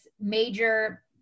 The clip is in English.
major